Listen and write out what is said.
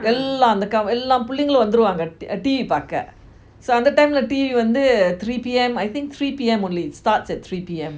எல்லா எல்லாம் புலன்களும் வந்துடுவாங்க:ella ellam pulaingalum vanthuduvanga T_V பாக்க அந்த:paaka antha time lah three pm I think three P_M only starts at three P_M